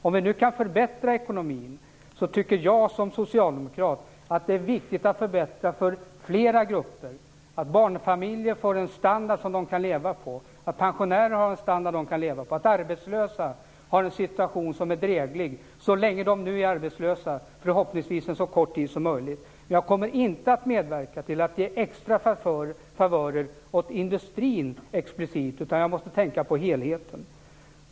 Om vi nu kan förbättra ekonomin tycker jag som socialdemokrat att det är viktigt att förbättra för flera grupper: att barnfamiljerna får en standard som de kan leva på, att pensionärerna har en standard som de kan leva på, att arbetslösa har en situation som är dräglig, så länge de nu är arbetslösa, förhoppningsvis så kort tid som möjligt. Jag kommer inte att medverka till att ge extra favörer åt industrin exklusivt, utan jag måste tänka på helheten.